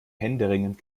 händeringend